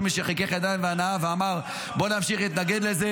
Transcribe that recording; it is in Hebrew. כל מי שחיכך ידיים בהנאה ואמר: בוא נמשיך להתנגד לזה